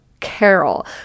Carol